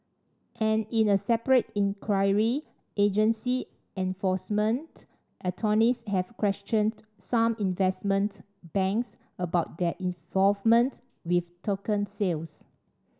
and in a separate inquiry agency enforcement attorneys have questioned some investment banks about their involvement with token sales